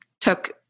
took